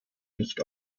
nicht